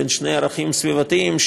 בין שני ערכים סביבתיים,